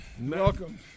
Welcome